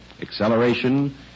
acceleration